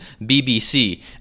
BBC